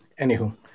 anywho